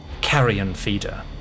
Carrion-Feeder